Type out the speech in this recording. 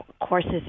courses